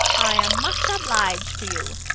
i am much obliged to you.